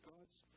God's